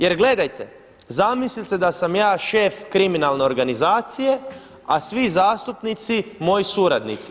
Jer gledajte, zamislite da sam ja šef kriminalne organizacije, a svi zastupnici moji suradnici.